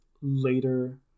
later